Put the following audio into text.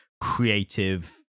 creative